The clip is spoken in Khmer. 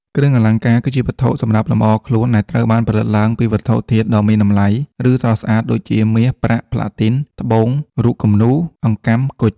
គ្រឿងអលង្ការ គឺជាវត្ថុសម្រាប់លម្អខ្លួនដែលត្រូវបានផលិតឡើងពីវត្ថុធាតុដ៏មានតម្លៃ ឬស្រស់ស្អាត ដូចជា មាស ប្រាក់ ផ្លាទីន ត្បូង រូបគំនូរ អង្កាំ គុជ។